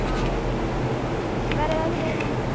ஆ ஓகேமா வேறு எதாவது வேணுமா